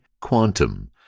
Quantum